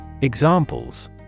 Examples